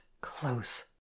Close